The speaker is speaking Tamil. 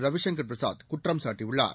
ரவிசங்கர் பிரசாத் குற்றம் சாட்டியுள்ளார்